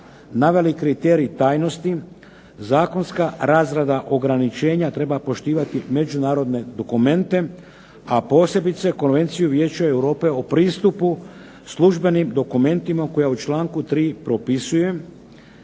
naveli kriterij tajnosti, zakonska razrada ograničenja treba poštivati međunarodne dokumente, a posebice konvenciju Vijeća Europe o pristupu službenim dokumentima koja u članku 3. propisuje,